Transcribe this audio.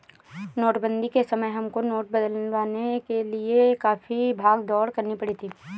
नोटबंदी के समय हमको नोट बदलवाने के लिए काफी भाग दौड़ करनी पड़ी थी